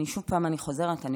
שוב פעם אני חוזרת,